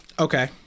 Okay